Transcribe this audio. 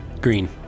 Green